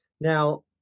Now